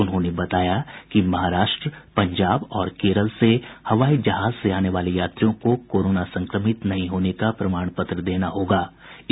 उन्होंने बताया कि महाराष्ट्र पंजाब और केरल से हवाई जहाज से आने वाले यात्रियों को कोरोना संक्रमित नहीं होने का प्रमाण पत्र देना अनिवार्य किया गया है